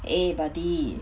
eh buddy